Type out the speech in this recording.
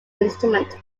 instrument